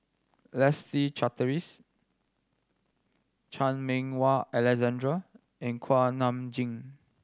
Leslie Charteris Chan Meng Wah Alexander and Kuak Nam Jin